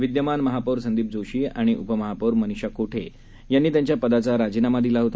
विद्यमान महापौर संदीप जोशी आणि उपमहापौर मनीषा कोठे यांनी त्यांच्या पदाचा राजीनामा दिला होता